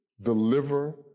deliver